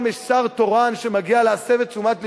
יש שר תורן שמגיע להסב את תשומת לבך,